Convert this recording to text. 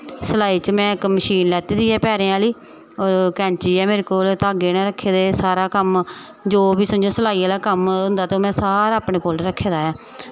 सिलाई च में इक्क मशीन लैती दी ऐ पैरें आह्ली कैंची ऐ मेरे कोल धागे न रक्खे दे सारा कम्म जो बी मतलब सिलाई आह्ला कम्म होंदा ते ओह् मतलब में सारा अपने कोल रक्खे दा ऐ